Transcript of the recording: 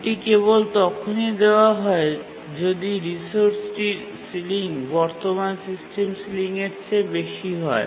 এটি কেবল তখনই দেওয়া হয় যদি রিসোর্সটির সিলিং বর্তমান সিস্টেম সিলিংয়ের চেয়ে বেশি হয়